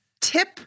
tip